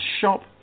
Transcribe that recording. shop